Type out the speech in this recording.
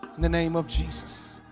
the name of jesus